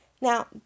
Now